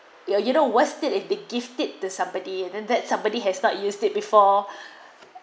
you you don't worsted if the gifted the somebody then that somebody has not used it before